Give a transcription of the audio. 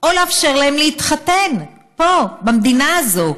או לאפשר להם להתחתן פה, במדינה הזאת,